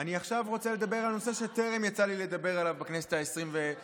אני עכשיו רוצה לדבר על נושא שטרם יצא לי לדבר עליו בכנסת העשרים-וחמש,